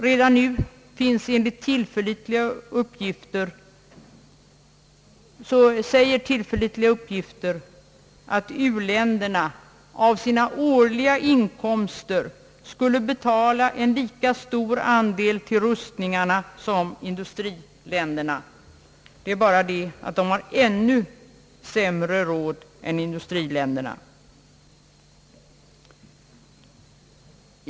Redan nu visar tillförlitliga uppgifter att u-länderna av sina årliga inkomster betalar en lika stor andel till rustningar som industriländerna; det är bara det att u-länderna har mindre resurser än i-länderna.